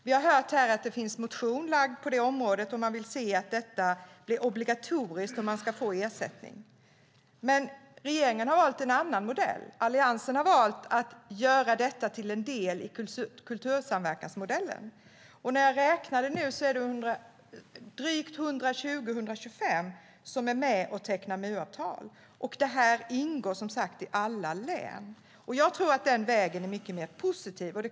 Vi har hört att det finns en motion på det området. Man vill se att ett sådant avtal blir obligatoriskt för att man ska få ersättning. Men regeringen har valt en annan modell. Alliansen har valt att göra detta till en del i kultursamverkansmodellen. Jag räknade och ser jag att det är 120-125 som är med och tecknar MU-avtal. Här ingår alla län. Jag tror att den vägen är mycket positiv.